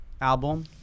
album